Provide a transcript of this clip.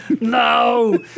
No